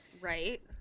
Right